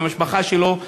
עם המשפחה שלו,